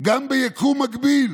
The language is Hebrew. גם ביקום מקביל".